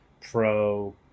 pro